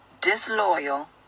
disloyal